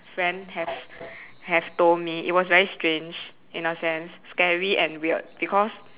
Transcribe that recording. friend have have told me it was very strange in a sense scary and weird because